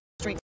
street